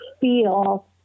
feel